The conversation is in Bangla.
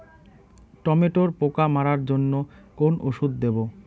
টমেটোর পোকা মারার জন্য কোন ওষুধ দেব?